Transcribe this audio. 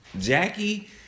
Jackie